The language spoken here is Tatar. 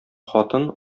хатын